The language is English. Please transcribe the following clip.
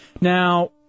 Now